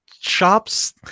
shops